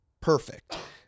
perfect